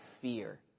fear